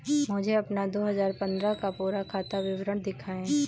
मुझे अपना दो हजार पन्द्रह का पूरा खाता विवरण दिखाएँ?